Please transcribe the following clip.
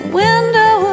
window